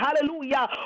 hallelujah